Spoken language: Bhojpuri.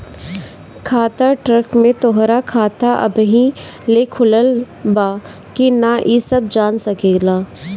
खाता ट्रैक में तोहरा खाता अबही ले खुलल बा की ना इ सब जान सकेला